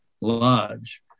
Lodge